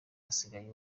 hasigaye